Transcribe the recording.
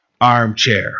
armchair